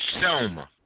Selma